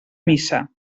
missa